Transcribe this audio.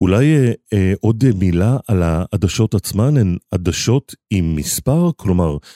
אולי עוד מילה על העדשות עצמן, הן עדשות עם מספר, כלומר